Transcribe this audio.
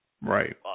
Right